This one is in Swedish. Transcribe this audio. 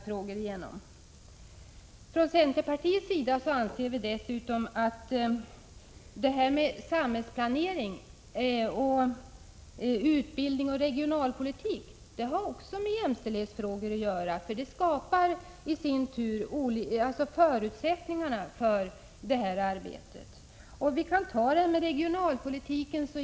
Från centerns sida anser vi att samhällsplanering, utbildning och regionalpolitik även har med jämställdhetsfrågor att göra, för de skapar i sin tur förutsättningar för jämställdhetsarbete.